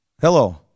Hello